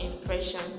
impression